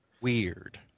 weird